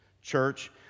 Church